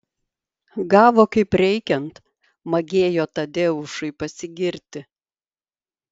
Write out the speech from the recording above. gavo kaip reikiant magėjo tadeušui pasigirti